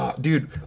Dude